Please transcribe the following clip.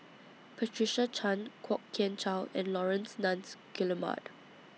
Patricia Chan Kwok Kian Chow and Laurence Nunns Guillemard